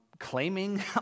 claiming